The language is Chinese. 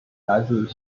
来自